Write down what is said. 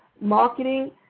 marketing